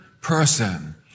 person